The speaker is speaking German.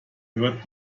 hörte